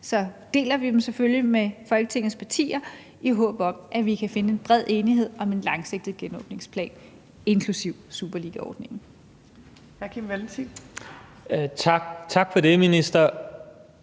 deler vi dem selvfølgelig med Folketingets partier, i håb om at vi kan finde en bred enighed om en langsigtet genåbningsplan, inklusive »Superligaordningen«. Kl. 19:13 Fjerde